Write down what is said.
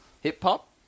Hip-hop